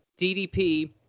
DDP